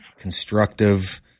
constructive